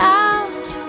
out